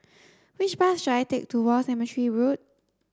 which bus should I take to War Cemetery Road